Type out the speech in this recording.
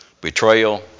betrayal